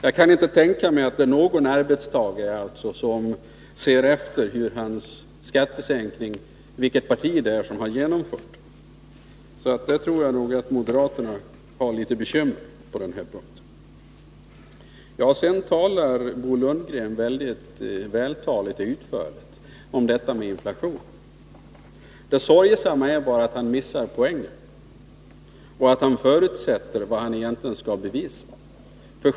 Jag kan inte tänka mig att det är någon arbetstagare som ser efter vilket parti som har genomfört hans skattesänkning. Jag tror nog att moderaterna har litet bekymmer på den här punkten. Sedan talar Bo Lundgren väldigt vältaligt och utförligt om detta med inflation. Det sorgsamma är bara att han missar poängen och att han förutsätter vad han egentligen skall bevisa.